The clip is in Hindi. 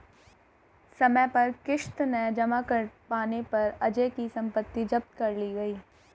समय पर किश्त न जमा कर पाने पर अजय की सम्पत्ति जब्त कर ली गई